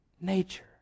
Nature